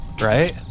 right